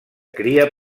cria